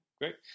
great